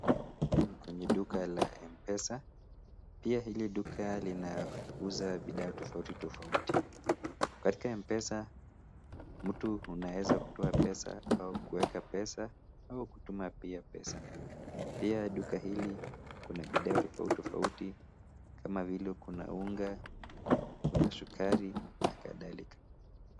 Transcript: Huku ni kwenye duka la Mpesa. Pia, hili duka linauza bidhaa tofauti tofauti. Katika Mpesa, mtu unaweza kutoa pesa au kuweka pesa au kutuma pia pesa. Pia duka hili kuna bidhaa tofauti tofauti kama vile, kuna unga, kuna sukari na kadhalika.